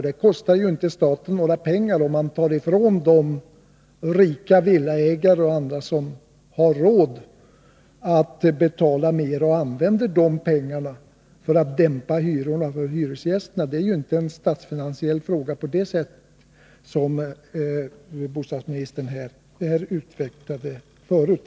Det kostar ju inte staten något att ta medel från de rika — villaägare och andra som har råd att betala mer — och använda de pengarna för att dämpa hyrorna för hyresgästerna. Det är inte en statsfinansiell fråga på det sätt som bostadsministern utvecklade här förut.